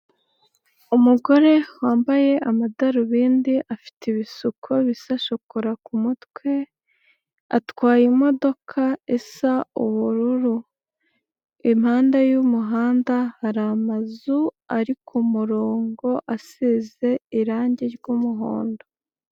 Umugore wambaye amadarubindi, afite ibisuko bisa shokora ku mutwe, atwaye imodoka isa ubururu, impande y'umuhanda hari amazu, ari ku murongo asize irangi ry'umuhondo.